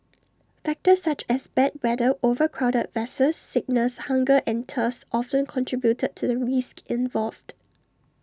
factors such as bad weather overcrowded vessels sickness hunger and thirst often contribute to the risks involved